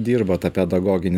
dirbo tą pedagoginį